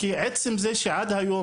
כי עצם זה שעד היום,